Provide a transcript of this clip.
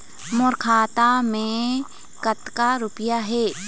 मोर खाता मैं कतक रुपया हे?